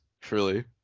truly